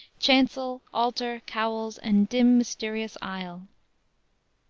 chancel, altar, cowls and dim mysterious aisle